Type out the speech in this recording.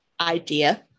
idea